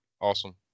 awesome